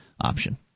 option